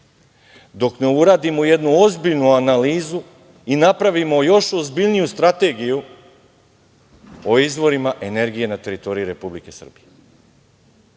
dok ne uradimo jednu ozbiljnu analizu i napravimo još ozbiljniju strategiju o izvorima energije na teritoriji Republike Srbije